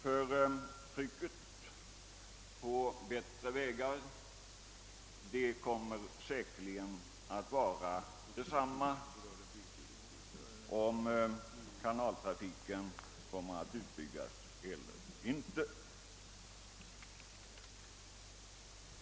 Kraven på bättre vägar kommer säkerligen att vara desamma, om kanaltrafiken byggs ut eller inte.